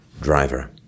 driver